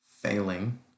failing